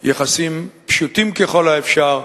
יחסים פשוטים ככל האפשר,